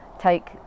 take